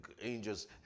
angels